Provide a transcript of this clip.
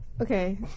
Okay